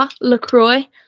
Lacroix